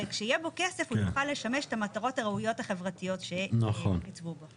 וכשיהיה בה כסף הוא יוכל לשמש את המטרות הראויות החברתיות שנצברו בו.